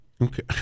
Okay